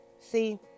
See